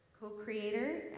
co-creator